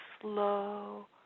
slow